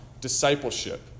discipleship